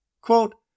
Quote